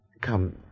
come